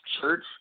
church